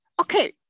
okay